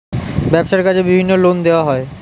ব্যবসার কাজে বিভিন্ন লোন দেওয়া হয়